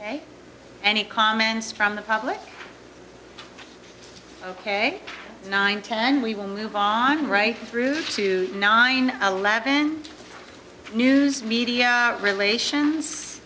and any comments from the public ok nine ten we will move on right through to nine eleven news media relations